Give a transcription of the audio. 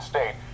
State